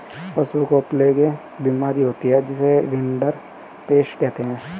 पशुओं में प्लेग बीमारी होती है जिसे रिंडरपेस्ट कहते हैं